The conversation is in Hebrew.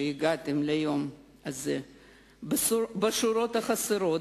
שהגעתם ליום הזה בשורות חסרות,